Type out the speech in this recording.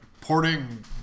porting